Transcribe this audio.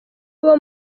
abo